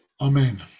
amen